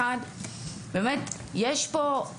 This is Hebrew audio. אחד באמת יש פה,